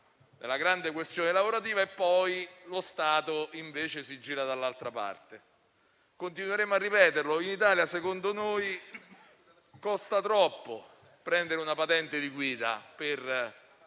della grande questione lavorativa e poi lo Stato si gira dall'altra parte. Continueremo a ripeterlo: secondo noi, in Italia costa troppo prendere una patente di guida per